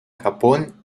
japón